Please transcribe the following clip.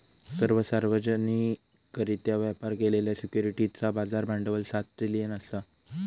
सर्व सार्वजनिकरित्या व्यापार केलेल्या सिक्युरिटीजचा बाजार भांडवल सात ट्रिलियन असा